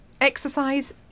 Exercise